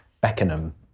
Beckenham